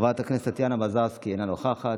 חברת הכנסת טטיאנה מזרסקי, אינה נוכחת,